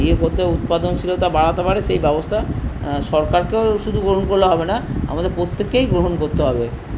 ইয়ে করতে উৎপাদনশীলতা বাড়াতে পারে সেই ব্যবস্থা সরকারকেও শুধু গ্রহণ করলে হবে না আমাদের প্রত্যেককেই গ্রহণ করতে হবে